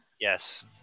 Yes